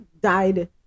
died